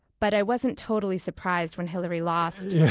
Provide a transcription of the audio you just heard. but i wasn't totally surprised when hillary lost.